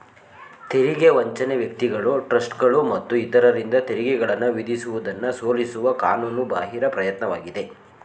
ತೆರಿಗೆ ವಂಚನೆ ವ್ಯಕ್ತಿಗಳು ಟ್ರಸ್ಟ್ಗಳು ಮತ್ತು ಇತರರಿಂದ ತೆರಿಗೆಗಳನ್ನ ವಿಧಿಸುವುದನ್ನ ಸೋಲಿಸುವ ಕಾನೂನು ಬಾಹಿರ ಪ್ರಯತ್ನವಾಗಿದೆ